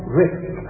risk